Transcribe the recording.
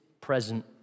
present